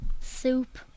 soup